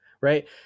right